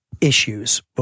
issues